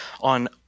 on